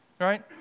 right